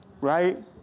right